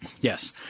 Yes